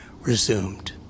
resumed